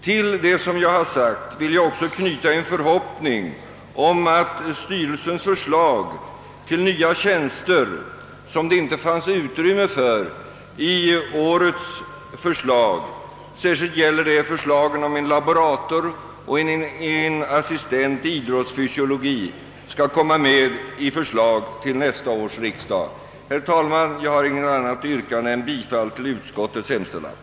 Till det som jag har sagt vill jag också knyta en förhoppning om att de av styrelsens förslag till nya tjänster som det inte fanns utrymme för i år — särskilt gäller det förslagen om en laborator och en assistent i idrottsfysiologi — skall kunna tas med i proposition till nästa års riksdag. Herr talman! Jag har inte något annat yrkande än om bifall till utskottets hemställan.